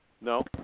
no